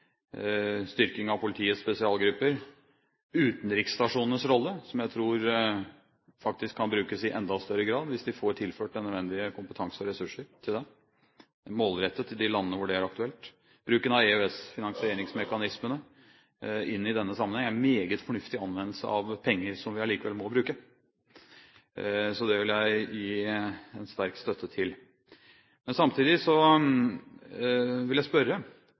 styrking av politiets spesialgrupper og utenriksstasjonenes rolle, som jeg tror faktisk kan brukes i enda større grad, hvis de får tilført den nødvendige kompetanse og ressurser til det, målrettet i de landene hvor det er aktuelt. Bruken av EØS-finansieringsmekanismene i denne sammenheng er en meget fornuftig anvendelse av penger som vi allikevel må bruke. Så det vil jeg gi en sterk støtte til. Men samtidig vil jeg spørre